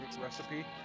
recipe